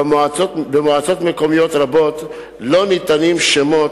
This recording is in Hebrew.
במועצות מקומיות רבות לא ניתנים שמות